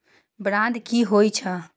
Bond की होई छै?